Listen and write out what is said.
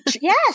Yes